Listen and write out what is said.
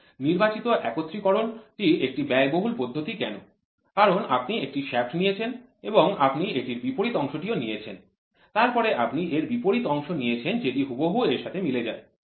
নির্বাচিত একত্রিতকরণ টি একটি ব্যয়বহুল পদ্ধতি কেন কারণ আপনি একটি শাফ্ট নিয়েছেন এবং আপনি এটির বিপরীত অংশটিও নিয়েছেন তারপরে আপনি এর বিপরীত অংশ নিয়েছেন যেটি হুবহু এর সাথে মিলে যায়